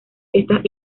estas